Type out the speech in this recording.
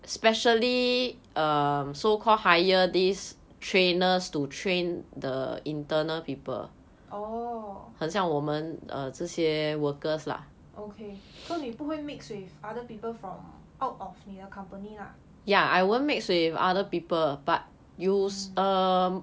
oh okay so 你不会 mixed with other people from out of 你的 company lah mm